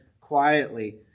quietly